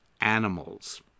animals